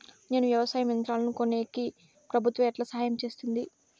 నేను వ్యవసాయం యంత్రాలను కొనేకి ప్రభుత్వ ఎట్లా సహాయం చేస్తుంది?